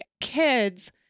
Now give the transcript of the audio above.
Kids